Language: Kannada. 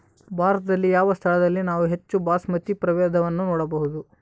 ಭಾರತದಲ್ಲಿ ಯಾವ ಸ್ಥಳದಲ್ಲಿ ನಾವು ಹೆಚ್ಚು ಬಾಸ್ಮತಿ ಪ್ರಭೇದವನ್ನು ನೋಡಬಹುದು?